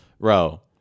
Bro